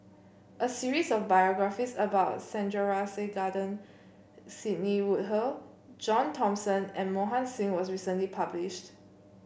a series of biographies about Sandrasegaran Sidney Woodhull John Thomson and Mohan Singh was recently published